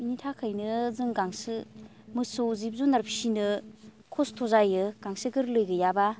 बिनि थाखायनो जों गांसो मोसौ जिब जुनार फिनो खस्थ' जायो गांसो गोरलै गैयाब्ला